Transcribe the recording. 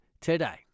today